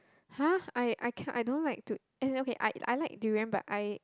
!huh! I I can't I don't like to as in okay I I like durian but I